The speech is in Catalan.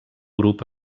grup